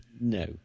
no